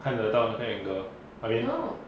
看得到那个 anger I mean